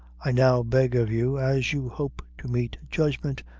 i now beg of you, as you hope to meet judgment,